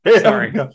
Sorry